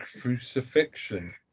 crucifixion